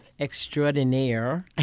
extraordinaire